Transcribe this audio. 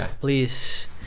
please